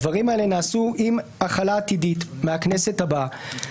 הדברים האלה נעשו עם החלה עתידית, מהכנסת הבאה.